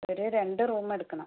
ഒരു രണ്ടു റൂമെടുക്കണം